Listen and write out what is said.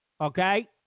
okay